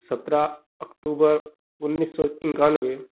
सत्रह अक्टूबर उन्नीस सौ इक्यानवे